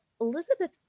Elizabeth